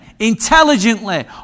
Intelligently